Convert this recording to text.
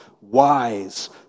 wise